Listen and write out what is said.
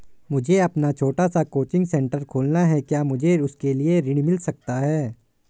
मुझे अपना छोटा सा कोचिंग सेंटर खोलना है क्या मुझे उसके लिए ऋण मिल सकता है?